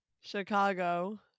Chicago